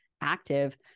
active